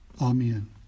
amen